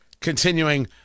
continuing